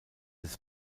des